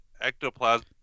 ectoplasm